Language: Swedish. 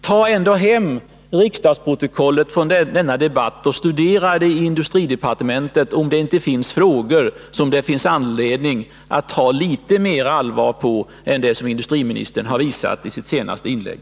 Ta hem riksdagsprotokollet, studera det i industridepartementet och se efter om där inte finns frågor som det är anledning att ta litet mer på allvar än vad industriministern har visat i sitt senaste inlägg!